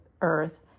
earth